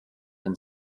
and